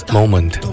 Moment